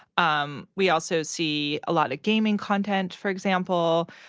um we also see a lot of gaming content, for example.